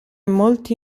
molti